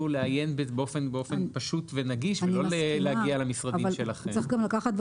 לעיין בזה באופן פשוט ונגיש ולא להגיע למשרדים שלכם.